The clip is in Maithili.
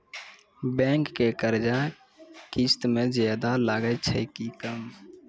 बैंक के कर्जा किस्त मे ज्यादा लागै छै कि कम?